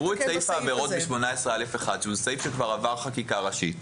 תראו את סעיף העבירות בסעיף 18(א1) שהוא סעיף שכבר עבר חקיקה ראשית,